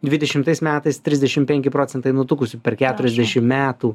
dvidešimtais metais trisdešim penki procentai nutukusių per keturiasdešim metų